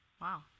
Wow